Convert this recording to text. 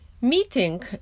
Meeting